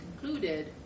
concluded